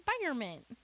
environment